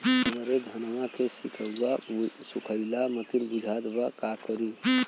हमरे धनवा के सीक्कउआ सुखइला मतीन बुझात बा का करीं?